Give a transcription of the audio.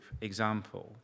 example